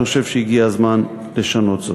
אני חושב שהגיע הזמן לשנות זאת.